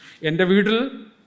Individual